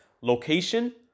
location